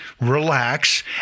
relax